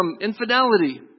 infidelity